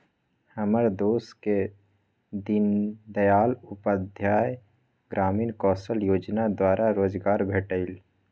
हमर दोस के दीनदयाल उपाध्याय ग्रामीण कौशल जोजना द्वारा रोजगार भेटल